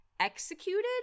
Executed